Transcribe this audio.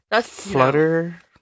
flutter